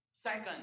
Second